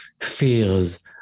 fears